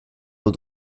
nos